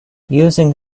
using